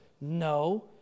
no